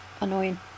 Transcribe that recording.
annoying